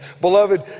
Beloved